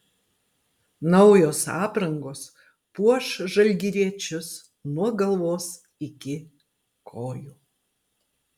naujos aprangos puoš žalgiriečius nuo galvos iki kojų